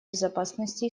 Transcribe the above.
безопасности